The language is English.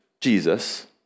Jesus